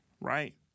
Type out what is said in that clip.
right